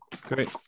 great